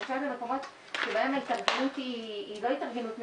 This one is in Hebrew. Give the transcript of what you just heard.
למשל במקומות שבהם ההתארגנות היא לא התארגנות מסודרת.